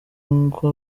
nk’uko